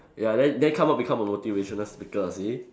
ya then then come out become a motivational speaker you see